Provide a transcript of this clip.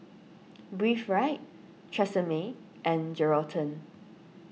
Breathe Right Tresemme and Geraldton